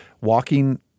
walking